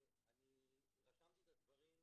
אני רשמתי את הדברים.